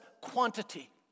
quantity